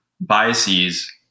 biases